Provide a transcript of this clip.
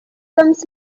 comes